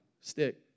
stick